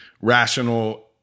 rational